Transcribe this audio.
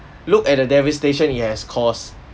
look at the devastation it has caused